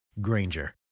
Granger